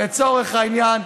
לצורך העניין,